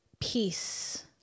peace